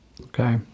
Okay